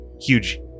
Huge